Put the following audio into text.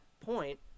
point